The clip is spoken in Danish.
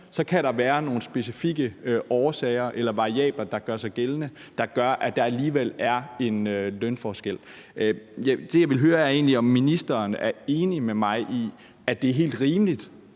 kan der være nogle specifikke årsager eller variabler, der gør sig gældende, og som gør, at der alligevel er en lønforskel. Det, jeg vil høre, er egentlig, om ministeren er enig med mig i, at det er helt rimeligt,